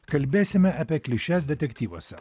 kalbėsime apie klišes detektyvuose